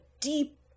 deep